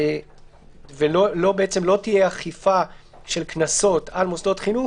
ולא תהיה אכיפה של קנסות על מוסדות חינוך